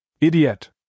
Idiot